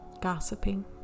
gossiping